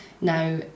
Now